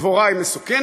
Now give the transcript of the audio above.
דבורה היא מסוכנת,